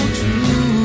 true